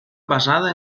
basada